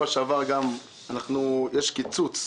קיצוץ